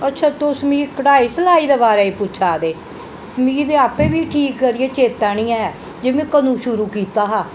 अच्छा तुस मिगी कढ़ाई सिलाई दे बारे च पुच्छै दे मिगी ते आपे बी ठीक करियै चेता नी ऐ कि में कदूं शुरू कीता हा